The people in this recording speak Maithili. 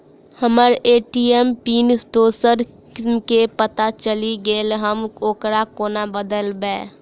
हम्मर ए.टी.एम पिन दोसर केँ पत्ता चलि गेलै, हम ओकरा कोना बदलबै?